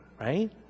right